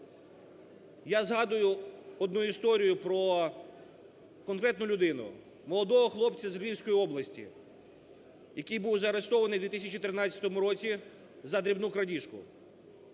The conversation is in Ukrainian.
Я згадую одну історію про конкретну людину – молодого хлопця з Львівської області, який був заарештований в 2013 році за дрібну крадіжку.